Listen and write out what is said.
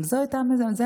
אבל זה היה המצב,